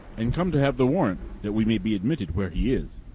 and come to have the warrant, that we may be admitted where he is.